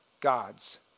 God's